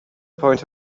point